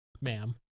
ma'am